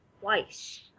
twice